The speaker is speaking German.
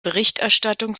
berichterstattung